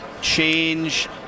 change